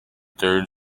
third